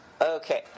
okay